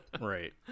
right